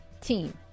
team